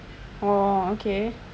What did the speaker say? !wah! ok